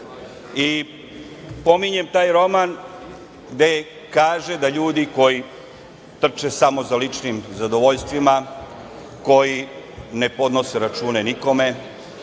i pominjem taj roman gde kaže da su ljudi koji trče samo za ličnim zadovoljstvima, koji ne podnose račune nikome,